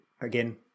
again